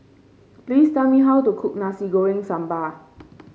please tell me how to cook Nasi Goreng Sambal